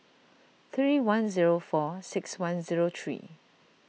three one zero four six one zero three